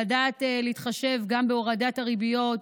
לדעת להתחשב גם בהורדת הריביות